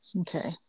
okay